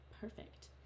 perfect